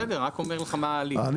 בסדר רק אומר לך מה ההליך,